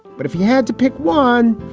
but if he had to pick one,